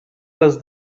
les